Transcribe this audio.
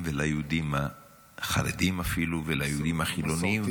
וליהודים החרדים אפילו וליהודים החילונים,